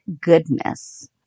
goodness